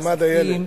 זה במעמד הילד.